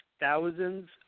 thousands